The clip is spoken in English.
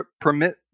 permit